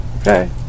Okay